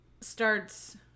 starts